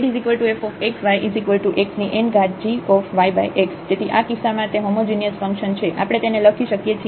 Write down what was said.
zfx yxngyx તેથી આ કિસ્સામાં તે હોમોજિનિયસ ફંક્શન છે આપણે તેને લખી શકીએ છીએ